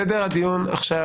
סדר הדיון עכשיו.